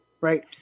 Right